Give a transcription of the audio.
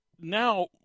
now